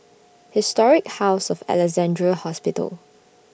Historic House of Alexandra Hospital